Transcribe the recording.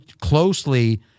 closely